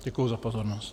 Děkuji za pozornost.